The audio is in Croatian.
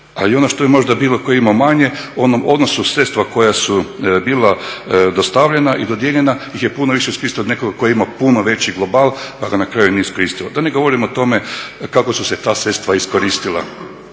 i ono što je možda bilo tko je imao manje u onom odnosu sredstva koja su bila dostavljena i dodijeljena ih je puno više … tko ima puno veći global pa ga na kraju nije iskoristio, da ne govorim o tome kako su se ta sredstva iskoristila.